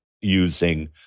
using